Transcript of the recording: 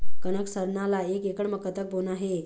कनक सरना ला एक एकड़ म कतक बोना हे?